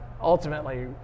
ultimately